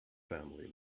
family